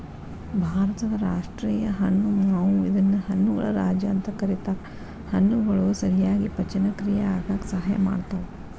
ಭಾರತದ ರಾಷ್ಟೇಯ ಹಣ್ಣು ಮಾವು ಇದನ್ನ ಹಣ್ಣುಗಳ ರಾಜ ಅಂತ ಕರೇತಾರ, ಹಣ್ಣುಗಳು ಸರಿಯಾಗಿ ಪಚನಕ್ರಿಯೆ ಆಗಾಕ ಸಹಾಯ ಮಾಡ್ತಾವ